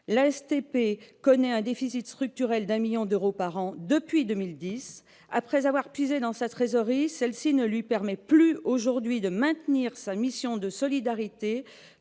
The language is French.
l'ASTP connaît un déficit structurel de 1 million d'euros par an depuis 2010. Après avoir puisé dans sa trésorerie, celle-ci ne lui permet plus aujourd'hui de maintenir sa mission de solidarité